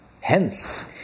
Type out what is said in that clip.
Hence